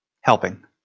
Helping